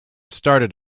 started